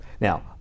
Now